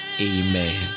amen